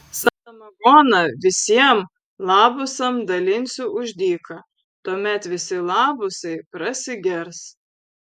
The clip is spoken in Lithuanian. samagoną visiem labusam dalinsiu už dyką tuomet visi labusai prasigers